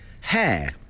Hair